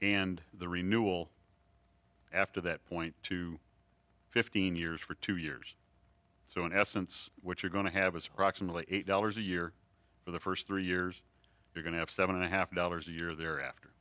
and the renewable after that point to fifteen years for two years so in essence what you're going to have it's proximately eight dollars a year for the first three years you're going to have seven and a half dollars a year there after